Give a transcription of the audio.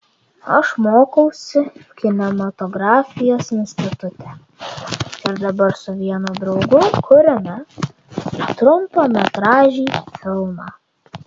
aš mokausi kinematografijos institute ir dabar su vienu draugu kuriame trumpametražį filmą